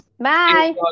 Bye